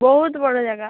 ବହୁତ୍ ବଡ଼ ଜାଗା